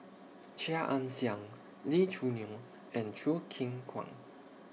Chia Ann Siang Lee Choo Neo and Choo Keng Kwang